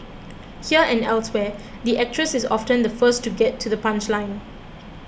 here and elsewhere the actress is often the first to get to the punchline